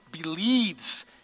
believes